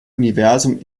universum